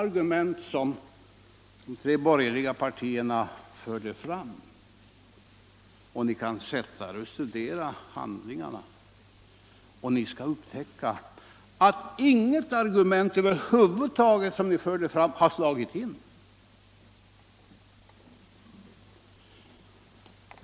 Om ni studerar handlingarna skall ni upptäcka att inga argument av dem som de tre borgerliga partierna förde fram har kommit att stämma med verkligheten.